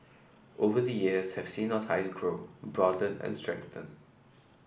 over the years have seen our ties grow broaden and strengthen